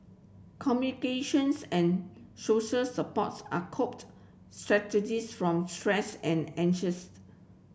communications and social supports are coped strategies from stress and anxiety